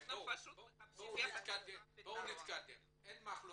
אנחנו פשוט מחפשים יחד איתך פתרון.